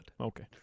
Okay